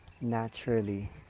naturally